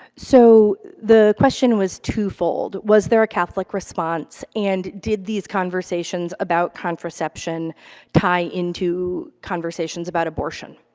so the question was twofold. was there a catholic response and did these conversations about contraception tie into conversations about abortion?